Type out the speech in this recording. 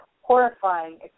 horrifying